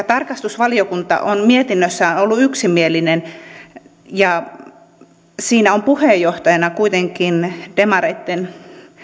tarkastusvaliokunta on mietinnössään ollut yksimielinen ja siinä on puheenjohtajana kuitenkin demareitten